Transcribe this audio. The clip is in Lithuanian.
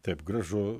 taip gražu